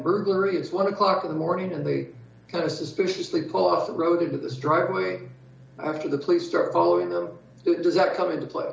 burglary it's one o'clock in the morning and they kind of suspiciously pull off the road into this driveway after the police start following of it does that come into play